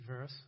verse